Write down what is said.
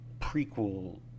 prequel